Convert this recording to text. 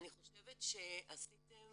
אני חושבת שעשיתם